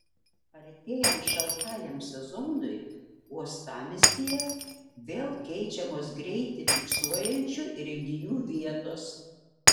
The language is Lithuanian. artėjant šaltajam sezonui uostamiestyje vėl keičiamos greitį fiksuojančių įrenginių vietos